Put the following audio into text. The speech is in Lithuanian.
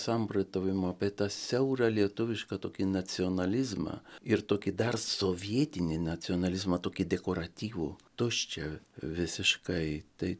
samprotavimų apie tą siaurą lietuvišką tokį nacionalizmą ir tokį dar sovietinį nacionalizmą tokį dekoratyvų tuščią visiškai tai